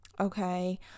okay